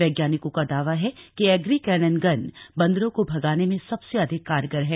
वैज्ञानिकों का दावा है कि एग्री कैनन गन बंदरों को भगाने में सबसे अधिक कारगर है